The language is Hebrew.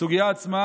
לסוגיה עצמה,